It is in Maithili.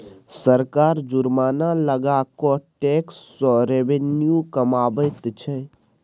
सरकार जुर्माना लगा कय टैक्स सँ रेवेन्यू कमाबैत छै